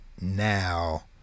now